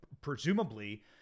presumably